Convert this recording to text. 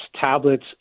tablets